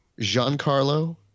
Giancarlo